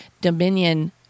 dominion